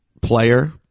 player